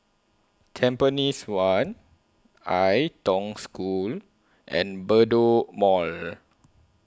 Tampines one Ai Tong School and Bedok Mall